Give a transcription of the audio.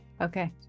okay